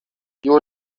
you